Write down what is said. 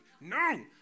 no